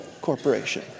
Corporation